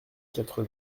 quatre